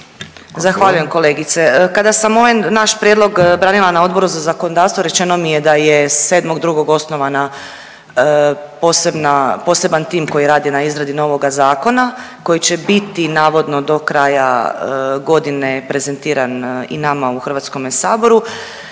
Zahvaljujem kolegice. Kada sam ovaj naš prijedlog branila na Odboru za zakonodavstvo rečeno mi je da je 7.2. osnovana posebna, poseban tim koji radi na izradi novoga zakona koji će biti navodno do kraja godine prezentiran i nama u Hrvatskome saboru.